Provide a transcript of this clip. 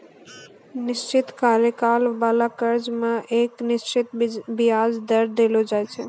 निश्चित कार्यकाल बाला कर्जा मे एक निश्चित बियाज दर देलो जाय छै